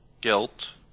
guilt